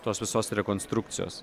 tos visos rekonstrukcijos